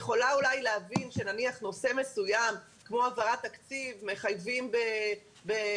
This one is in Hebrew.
אני יכולה להבין שנניח נושא מסוים כמו העברת תקציב מחייב נוכחות,